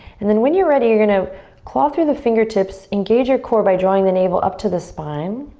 and then when you're ready you're going to claw through the fingertips, engage your core by drawing the navel up to the spine,